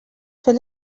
fer